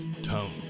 Tone